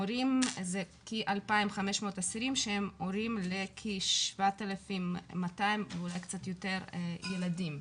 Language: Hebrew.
כ-2500 אסירים הורים לכ-7200 ואולי קצת יותר ילדים.